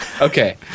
Okay